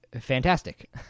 fantastic